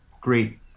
great